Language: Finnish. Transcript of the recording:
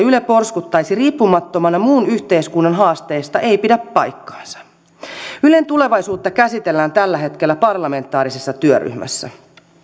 yle porskuttaisi riippumattomana muun yhteiskunnan haasteista ei pidä paikkaansa ylen tulevaisuutta käsitellään tällä hetkellä parlamentaarisessa työryhmässä